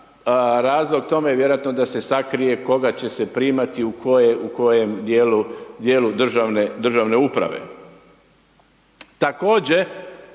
Razlog tome je, vjerojatno, da se sakrije koga će se primati u kojem dijelu državne uprave.